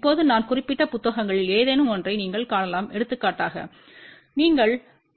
இப்போது நான் குறிப்பிட்ட புத்தகங்களில் ஏதேனும் ஒன்றை நீங்கள் காணலாம் எடுத்துக்காட்டாக நீங்கள்